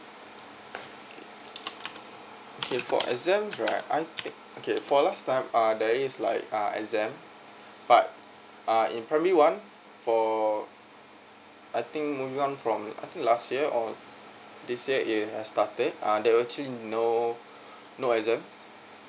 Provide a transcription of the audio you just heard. okay for exam right okay okay for last time uh there is like ah exam but uh in primary one for I think moving on from I think last year or this year started uh there was actually no no exam